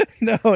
No